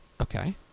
Okay